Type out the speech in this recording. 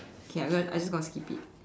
okay I'm gon~ I'm just going to skip it